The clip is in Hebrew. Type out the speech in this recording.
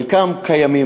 חלק קיימים.